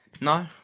No